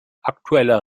aktueller